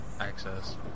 access